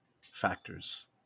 factors